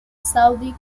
saudi